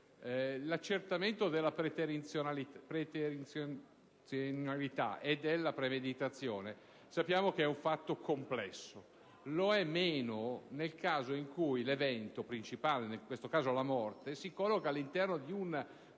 L'accertamento della preterintenzionalità e della premeditazione sappiamo essere un fatto complesso. Lo è meno nel caso in cui l'evento principale, in questo caso la morte, si colloca all'interno di un